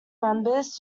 members